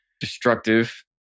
destructive